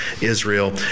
Israel